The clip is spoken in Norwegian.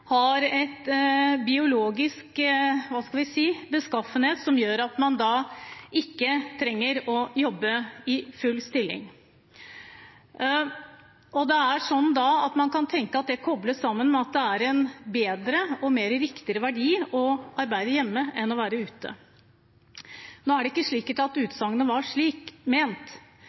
har en biologisk – skal vi si – beskaffenhet som gjør at man ikke trenger å jobbe i full stilling. Man kan tenke at det kobles sammen med at det er en bedre og mer riktig verdi å arbeide hjemme enn å være ute i arbeidslivet. Nå er det ikke sikkert at utsagnet var slik ment,